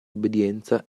obbedienza